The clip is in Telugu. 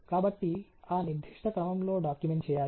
కాబట్టి ఆ నిర్దిష్ట క్రమంలో డాక్యుమెంట్ చేయాలి